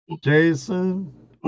Jason